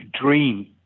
Dream